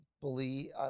believe